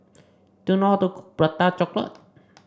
do you know how to cook Prata Chocolate